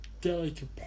delicate